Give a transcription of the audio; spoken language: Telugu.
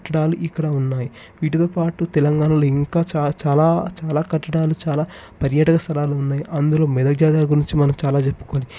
కట్టడాలు ఇక్కడ ఉన్నాయి వీటితో పాటు తెలంగాణలో ఇంకా చాలా చాలా చాలా కట్టడాలు చాలా పర్యాటక స్థలాలు ఉన్నాయి అందులో మెదక్ జాతర గురించి మనం చాలా చెప్పుకోలి